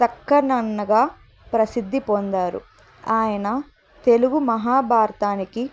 తక్కనన్నగా ప్రసిద్ధి పొందారు ఆయన తెలుగు మహాభారతానికి